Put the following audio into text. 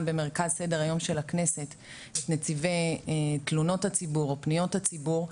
במרכז סדר היום של הכנסת את נציבי תלונות הציבור ופניות הציבור,